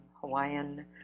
Hawaiian